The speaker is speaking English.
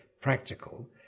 practical